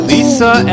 Lisa